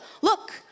Look